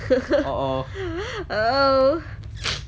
uh oh